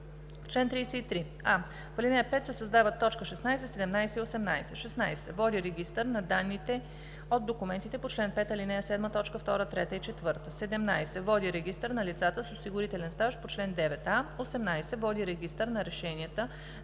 чл. 33: а) в ал. 5 се създават т. 16, 17 и 18: „16. води регистър на данните от документите по чл. 5, ал. 7, т. 2, 3 и 4; 17. води регистър на лицата с осигурителен стаж по чл. 9а; 18. води регистър на решенията